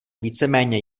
víceméně